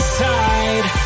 side